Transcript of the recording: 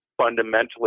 Fundamentally